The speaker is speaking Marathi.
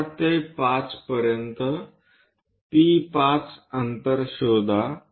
4 ते 5 पर्यंत P5 अंतर शोधा